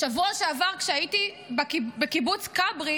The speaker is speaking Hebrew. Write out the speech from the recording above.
בשבוע שעבר, כשהייתי בקיבוץ כברי